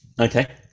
okay